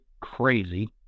crazy